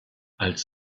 als